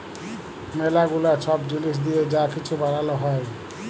ম্যালা গুলা ছব জিলিস দিঁয়ে যা কিছু বালাল হ্যয়